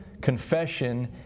confession